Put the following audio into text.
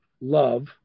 love